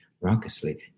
raucously